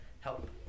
help